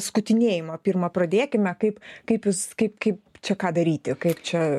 skutinėjimo pirma pradėkime kaip kaip jūs kaip kaip čia ką daryti kaip čia